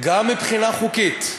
גם מבחינה חוקית,